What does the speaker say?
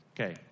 Okay